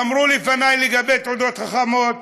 אמרו לפני לגבי תעודות חכמות.